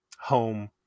home